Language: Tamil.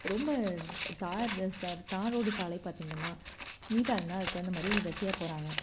ரொம்ப தார் தார் ரோடு சாலை பார்த்தீங்கன்னா நீட்டாக இருந்தால் அதுக்கு தகுந்த மாதிரி வரிசையாக போகிறாங்க